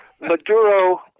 Maduro